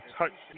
touch